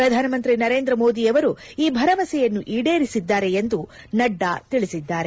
ಪ್ರಧಾನಮಂತ್ರಿ ನರೇಂದ್ರ ಮೋದಿಯವರು ಈ ಭರವಸೆಯನ್ನು ಈಡೇರಿಸಿದ್ದಾರೆ ಎಂದು ನಡ್ಡಾ ತಿಳಿಸಿದ್ದಾರೆ